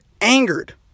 angered